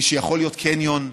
היא שיכול להיות קניון,